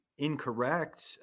incorrect